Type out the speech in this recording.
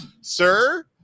Sir